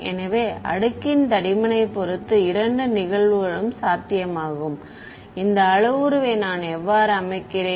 எனவே அடுக்கின் தடிமனை பொறுத்து இரண்டு நிகழ்வுகளும் சாத்தியமாகும் இந்த அளவுருவை நான் எவ்வாறு அமைக்கிறேன்